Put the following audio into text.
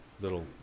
little